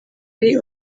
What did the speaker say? ari